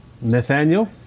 Nathaniel